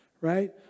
right